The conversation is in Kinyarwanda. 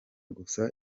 gusa